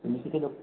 तुम्ही किती लोक